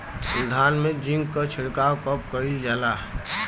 धान में जिंक क छिड़काव कब कइल जाला?